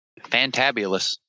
Fantabulous